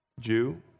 Jew